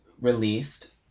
released